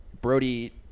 Brody